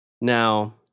Now